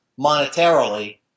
monetarily